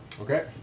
Okay